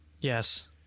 Yes